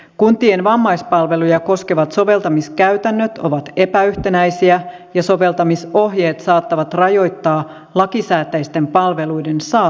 kuntien vammaispalveluja koskevat soveltamiskäytännöt ovat epäyhtenäisiä ja soveltamisohjeet saattavat rajoittaa lakisääteisten palveluiden saamista